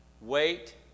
wait